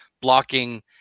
blocking